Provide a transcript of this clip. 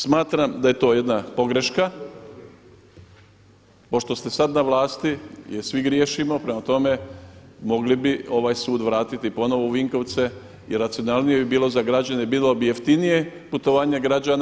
Smatram da je to jedna pogreška, pošto ste sada na vlasti jer svi griješimo prema tome mogli bi ovaj sud vratiti ponovno u Vinkovce i racionalnije bi bilo za građane, bilo bi jeftinije putovanje građana.